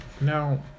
now